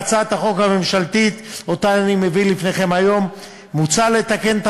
בהצעת החוק הממשלתית שאני מביא לפניכם היום מוצע לתקן את